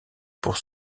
pour